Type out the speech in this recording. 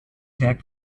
werk